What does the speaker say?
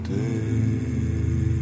day